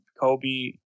Kobe